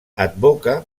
advoca